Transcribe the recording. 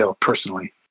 personally